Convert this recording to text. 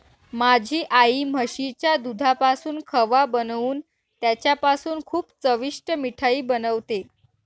माझी आई म्हशीच्या दुधापासून खवा बनवून त्याच्यापासून खूप चविष्ट मिठाई बनवते